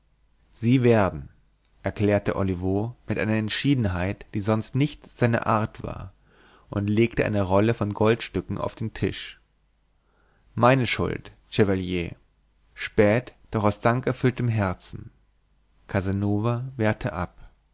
sie werden erklärte olivo mit einer entschiedenheit die sonst nicht seine art war und legte eine rolle von goldstücken auf den tisch meine schuld chevalier spät doch aus dankerfülltem herzen casanova wehrte ab